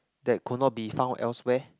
that could not be found elsewhere